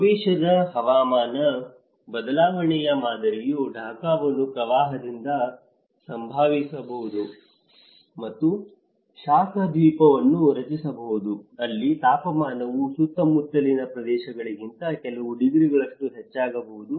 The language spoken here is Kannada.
ಭವಿಷ್ಯದ ಹವಾಮಾನ ಬದಲಾವಣೆಯ ಮಾದರಿಯು ಢಾಕಾವನ್ನು ಪ್ರವಾಹದಿಂದ ಪ್ರಭಾವಿಸಬಹುದು ಮತ್ತು ಶಾಖ ದ್ವೀಪವನ್ನು ರಚಿಸಬಹುದು ಅಲ್ಲಿ ತಾಪಮಾನವು ಸುತ್ತಮುತ್ತಲಿನ ಪ್ರದೇಶಗಳಿಗಿಂತ ಕೆಲವು ಡಿಗ್ರಿಗಳಷ್ಟು ಹೆಚ್ಚಾಗಬಹುದು